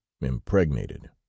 impregnated